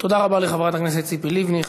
תודה רבה לחברת הכנסת ציפי לבני.